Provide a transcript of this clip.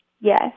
Yes